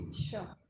Sure